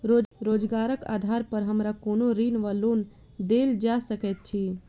रोजगारक आधार पर हमरा कोनो ऋण वा लोन देल जा सकैत अछि?